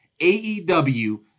AEW-